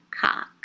cock